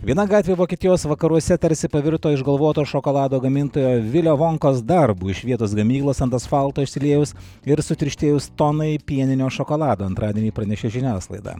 viena gatvė vokietijos vakaruose tarsi pavirto išgalvoto šokolado gamintojo vilio vonkos darbu iš vietos gamyklos ant asfalto išsiliejus ir sutirštėjus tonai pieninio šokolado antradienį pranešė žiniasklaida